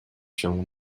się